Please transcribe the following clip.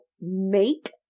make